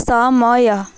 ସମୟ